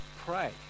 Pray